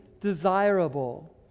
desirable